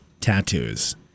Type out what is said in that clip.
tattoos